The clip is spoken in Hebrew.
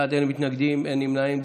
11 בעד, אין מתנגדים, אין נמנעים.